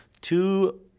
two